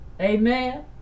Amen